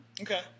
Okay